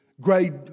grade